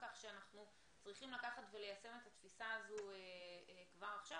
כך שאנחנו צריכים לקחת וליישם את התפיסה הזו כבר עכשיו.